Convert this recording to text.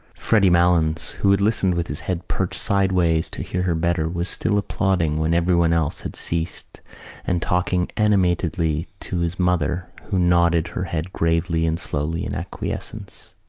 freddy malins, who had listened with his head perched sideways to hear her better, was still applauding when everyone else had ceased and talking animatedly to his mother who nodded her head gravely and slowly in acquiescence.